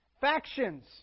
factions